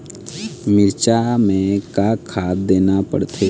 मिरचा मे का खाद देना पड़थे?